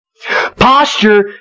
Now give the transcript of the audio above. Posture